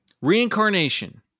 reincarnation